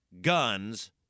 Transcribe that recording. guns